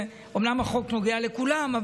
אומנם החוק נוגע לכולם,